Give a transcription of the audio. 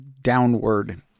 downward